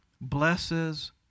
blesses